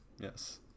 Yes